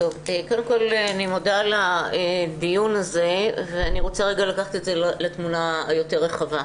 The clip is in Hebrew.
אני מודה על הדיון הזה ואני רוצה לקחת את זה לתמונה היותר רחבה.